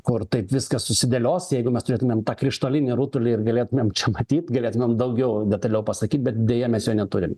kur taip viskas susidėlios jeigu mes turėtumėm tą krištolinį rutulį ir galėtumėm čia matyt galėtumėm daugiau detaliau pasakyt bet deja mes jo neturim